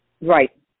Right